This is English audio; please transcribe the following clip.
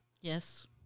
Yes